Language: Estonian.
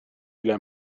üle